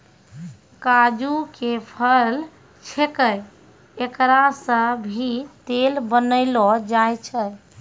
काजू के फल छैके एकरा सॅ भी तेल बनैलो जाय छै